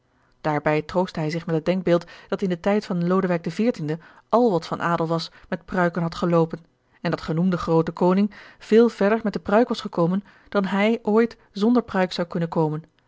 daarbij troostte hij zich met het denkbeeld dat in den tijd van lodewijk xiv al wat van adel was met pruiken had geloopen en dat genoemde groote koning veel verder met de pruik was gekomen dan hij ooit zonder pruik zou kunnen komen